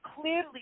clearly